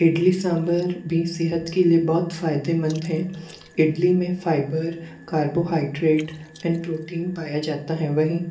इडली सांभर भी सेहत के लिए बहुत फ़ायदेमंद है इडली में फाइबर कार्बोहाइड्रेट एंड प्रोटीन पाया जाता है वहीं